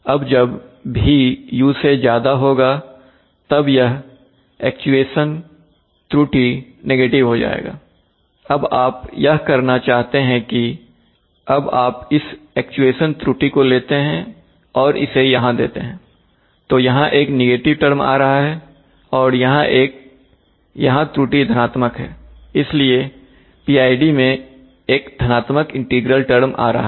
अब जब v u से ज्यादा होगा तब यह एक्चुएशन त्रुटि नेगेटिव हो जाएगा अब आप यह करना चाहते हैं कि अब आप इस एक्चुएशन त्रुटि को लेते हैं और इसे यहां देते हैं तो यहां एक नेगेटिव टर्म आ रहा है और यहां त्रुटि धनात्मक है इसलिए PID मैं एक धनात्मक इंटीग्रल टर्म आ रहा है